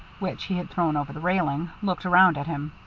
which he had thrown over the railing, looked around at him.